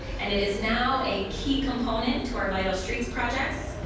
and it is now a key component to our vital streets projects.